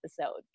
episode